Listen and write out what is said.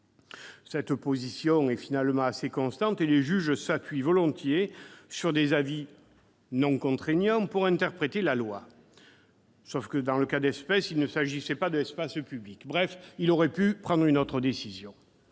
Cette position est finalement assez constante et les juges s'appuient volontiers sur des avis non contraignants pour interpréter la loi. Sauf que, dans le cas d'espèce, il ne s'agissait pas de l'espace public. Bref, ce magistrat aurait pu prendre une autre décision.